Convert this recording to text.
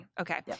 Okay